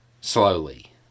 Slowly